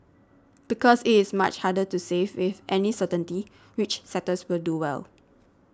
because it is much harder to say with any certainty which sectors will do well